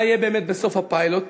מה יהיה בסוף הפיילוט?